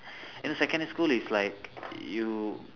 in secondary school it's like you